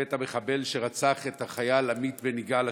בית המחבל שרצח את החייל עמית בן יגאל,